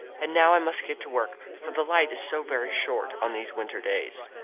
and now i must get to work, for the light is so very short on these winter days.